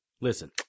Listen